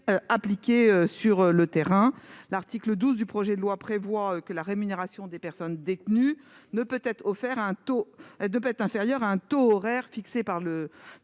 appliquée sur le terrain. L'article 12 du projet de loi prévoit que la rémunération des personnes détenues ne peut être inférieure à un taux horaire fixé par